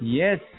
yes